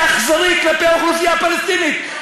זה אכזרי כלפי האוכלוסייה הפלסטינית.